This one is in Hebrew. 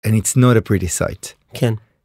And it's not a pretty sight. כן.